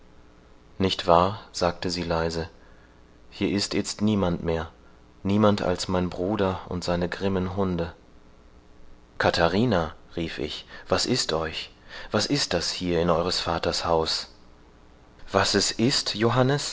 nicht wahr sagte sie leise hier ist itzt niemand mehr niemand als mein bruder und seine grimmen hunde katharina rief ich was ist euch was ist das hier in eueres vaters haus was es ist johannes